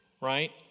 right